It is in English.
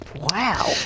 Wow